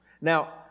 Now